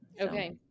Okay